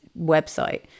website